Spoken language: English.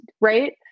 right